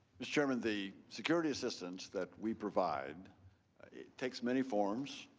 mr. chairman, the security assistance that we provide takes many forms